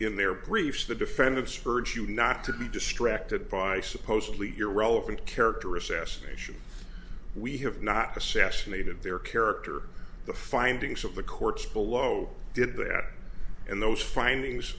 in their briefs the defendant spurge you not to be distracted by supposedly irrelevant character assassination we have not assassinated their character the findings of the courts below did that and those findings